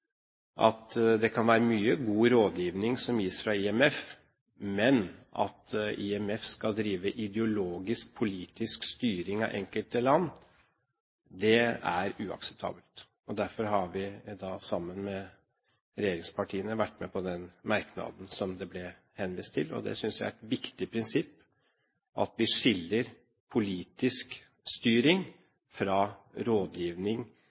at det kan være mye god rådgivning som gis fra IMF, men at IMF skal drive ideologisk politisk styring av enkelte land, er uakseptabelt. Derfor har vi – sammen med regjeringspartiene – vært med på den merknaden som det ble henvist til. Jeg synes det er et viktig prinsipp at vi skiller politisk styring fra rådgivning,